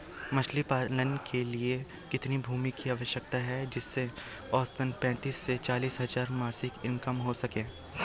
मछली पालन के लिए कितनी भूमि की आवश्यकता है जिससे औसतन पैंतीस से चालीस हज़ार मासिक इनकम हो सके?